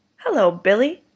hello, billy,